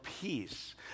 peace